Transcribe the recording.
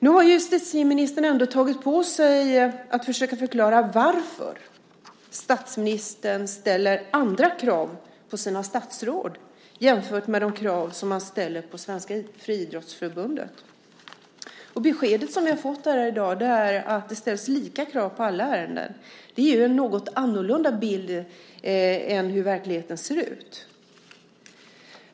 Nu har ju justitieministern ändå tagit på sig att försöka förklara varför statsministern ställer andra krav på sina statsråd jämfört med de krav som han ställer på Svenska Friidrottsförbundet. Det besked vi har fått här i dag är att det ställs likadana krav på alla ärenden. Det är ju en något annorlunda bild jämfört med hur verkligheten ser ut.